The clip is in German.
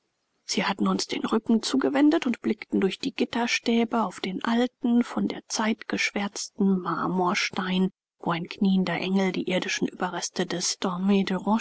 sie hatten uns den rücken zugewendet und blickten durch die gitterstäbe auf den alten von der zeit geschwärzten marmorstein wo ein knieender engel die irdischen überreste des